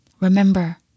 Remember